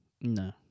No